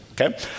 okay